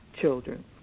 children